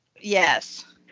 Yes